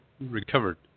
recovered